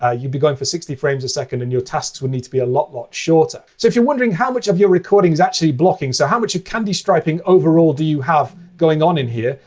ah you'd be going for sixty frames a second, and your tasks would need to be a lot, lot shorter. so if you're wondering how much of your recording is actually blocking, so how much candy striping overall do you have going on in here,